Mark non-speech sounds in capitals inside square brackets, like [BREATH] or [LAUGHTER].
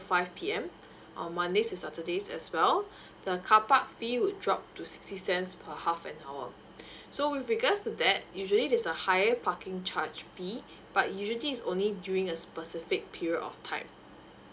five P_M on mondays to saturdays as well [BREATH] the car park fee would drop to sixty cents per half an hour [BREATH] so with regards to that usually there's a higher parking charge fee but usually is only during a specific period of time